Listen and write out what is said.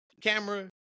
camera